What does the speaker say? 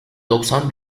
doksan